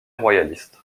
royaliste